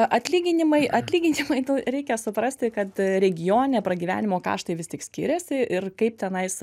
atlyginimai atlyginimai tau reikia suprasti kad regione pragyvenimo kaštai vis tik skiriasi ir kaip tenais